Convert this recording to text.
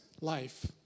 life